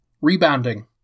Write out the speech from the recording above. rebounding